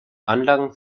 anlagen